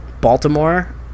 Baltimore